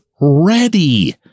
ready